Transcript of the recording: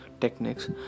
techniques